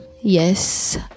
yes